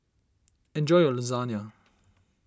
enjoy your Lasagne